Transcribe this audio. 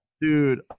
Dude